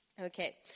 Okay